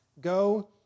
go